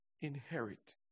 inherit